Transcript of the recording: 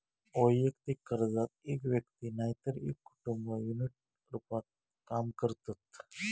वैयक्तिक कर्जात एक व्यक्ती नायतर एक कुटुंब युनिट रूपात काम करतत